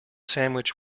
sandwich